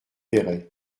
péray